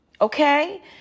okay